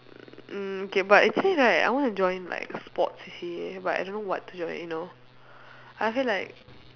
mm okay but actually right I want to join like sports C_C_A but I don't know what to join you know I feel like